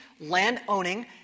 land-owning